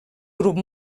grup